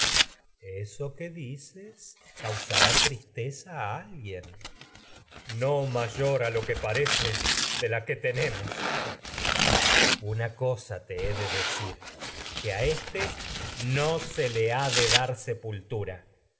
eso teucro que dices causará tristeza a alguien a no mayor lo que parece de la que te nemos menelao le ha de una cosa te he decir que a éste no se dar sepultura